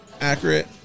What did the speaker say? accurate